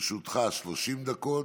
לרשותך 30 דקות,